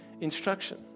instruction